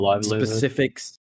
specifics